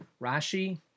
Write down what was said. Rashi